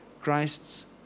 Christ's